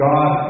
God